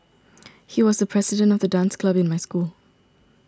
he was the president of the dance club in my school